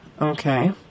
Okay